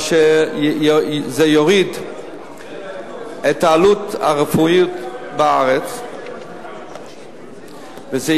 זה יוריד את העלות הרפואית בארץ וזה